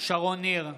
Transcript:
שרון ניר,